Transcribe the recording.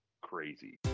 crazy